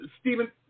Stephen –